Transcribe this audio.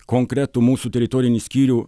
konkretų mūsų teritorinį skyrių